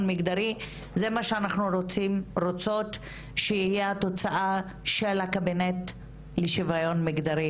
מגדרי זה מה שאנחנו רוצות שתהיה התוצאה של הקבינט לשוויון מגדרי.